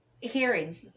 hearing